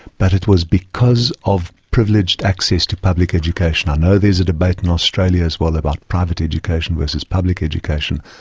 but it was because of privileged access to public education. i know there's a debate in australia as well about private education versus public education.